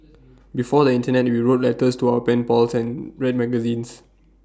before the Internet we wrote letters to our pen pals and read magazines